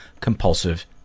compulsive